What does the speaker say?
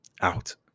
out